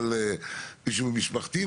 אבל היה למישהו ממשפחתי,